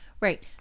Right